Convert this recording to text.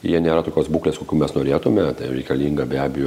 jie nėra tokios būklės kokių mes norėtume tai jau reikalinga be abejo